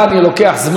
אני לוקח זמן.